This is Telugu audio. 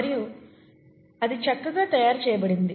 మరియు అది చక్కగా తయారు చేయబడింది